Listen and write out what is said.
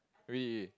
really really